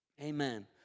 Amen